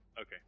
Okay